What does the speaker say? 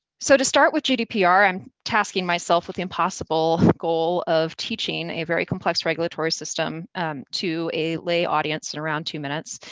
so, to start with gdpr, i'm tasking myself the impossible goal of teaching a very complex regulatory system to a lay audience in around two minutes.